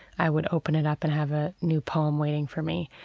i would open it up and have a new poem waiting for me.